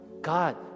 God